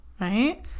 right